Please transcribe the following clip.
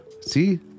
See